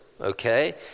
okay